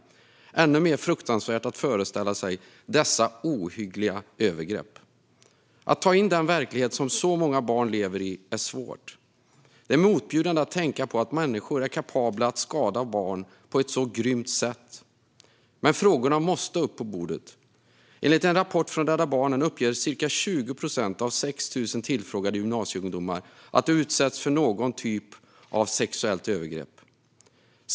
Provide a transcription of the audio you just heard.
Det är ännu mer fruktansvärt att föreställa sig dessa ohyggliga övergrepp. Att ta in den verklighet som så många barn lever i är svårt. Det är motbjudande att tänka på att människor är kapabla att skada barn på ett så grymt sätt. Men frågorna måste upp på bordet. Enligt en rapport från Rädda Barnen uppger ca 20 procent av 6 000 tillfrågade gymnasieungdomar att de utsatts för någon typ av sexuellt övergrepp.